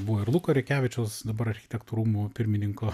buvo ir luko rekevičiaus dabar architektų rūmų pirmininko